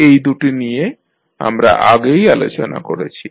এই দু'টি নিয়ে আমরা আগেই আলোচনা করেছি